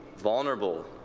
vulnerable,